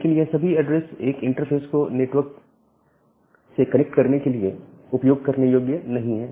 लेकिन यह सभी एड्रेस एक इंटरफ़ेस को नेटवर्क से कनेक्ट करने के लिए उपयोग करने योग्य नहीं है